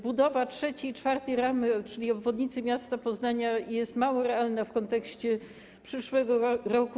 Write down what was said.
Budowa trzeciej i czwartej ramy, czyli obwodnicy miasta Poznania jest mało realna w kontekście przyszłego roku.